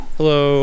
Hello